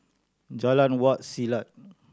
Jalan Wak Selat